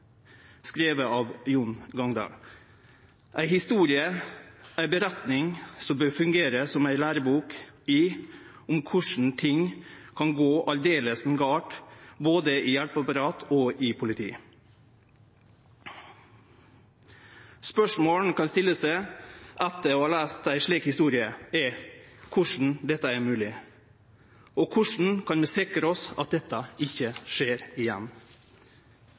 av Jon Gangdal. Det er ei forteljing som bør fungere som ei lærebok i korleis ting kan gå aldeles gale både i hjelpeapparat og i politi. Spørsmål ein kan stille seg etter å ha lese ei slik historie, er korleis dette er mogleg, og korleis vi kan sikre oss at dette ikkje skjer igjen.